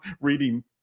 reading